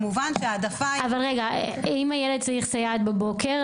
אם הילד צריך סייעת בבוקר,